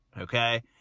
okay